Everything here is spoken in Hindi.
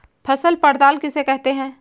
फसल पड़ताल किसे कहते हैं?